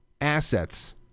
assets